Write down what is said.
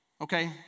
Okay